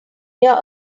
your